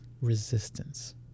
Resistance